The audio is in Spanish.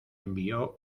envió